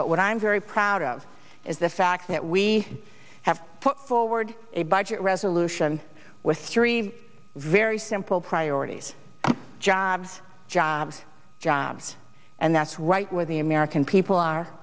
but what i'm very proud of is the fact that we have put forward a budget resolution with three very simple priorities jobs jobs jobs and that's right where the american people are